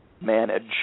manage